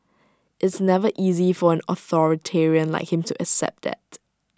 it's never easy for an authoritarian like him to accept that